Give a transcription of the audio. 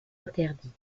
interdites